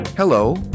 Hello